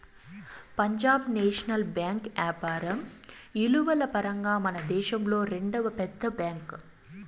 Punjab National Bank యాపారం ఇలువల పరంగా మనదేశంలో రెండవ పెద్ద బ్యాంక్